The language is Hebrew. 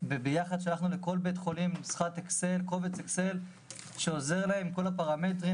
ביחד עם התקנות שלחנו לכל בית חולים קובץ אקסל עם כל הפרמטרים,